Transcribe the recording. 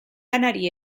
lanari